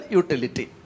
utility